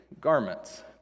garments